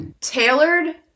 tailored